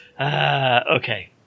okay